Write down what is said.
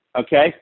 okay